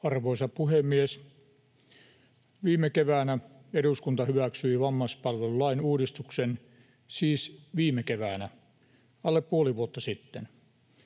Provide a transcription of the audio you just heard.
Arvoisa puhemies! Viime keväänä eduskunta hyväksyi vammaispalvelulain uudistuksen — siis viime keväänä, alle puoli vuotta sitten.